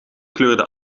kleurde